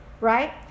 right